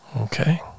Okay